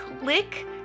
click